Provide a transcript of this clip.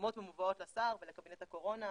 שמיושמות ומובאות לשר ולקבינט הקורונה